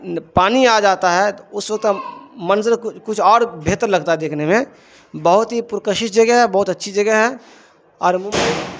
پانی آ جاتا ہے اس وقت ہم منظر کچھ اور بہتر لگتا ہے دیکھنے میں بہت ہی پرکشش جگہ ہے بہت اچھی جگہ ہے اور